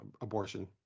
abortion